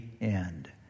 end